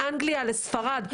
לאנגליה לספרד,